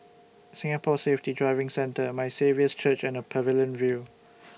Singapore Safety Driving Centre My Saviour's Church and Pavilion View